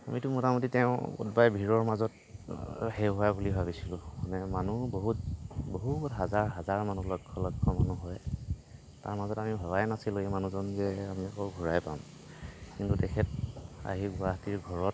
আমিতো মোটামুটি তেওঁ কোনোবাই ভীৰৰ মাজত হেৰোৱা বুলি ভাবিছিলোঁ মানে মানুহ বহুত বহুত হাজাৰ হাজাৰ মানুহ লক্ষ্য লক্ষ্য মানুহ হয় তাৰ মাজত আমি ভবাই নাছিলোঁ এই মানুহজন যে আমি আকৌ ঘূৰাই পাম কিন্তু তেখেত আহি গুৱাহাটীৰ ঘৰত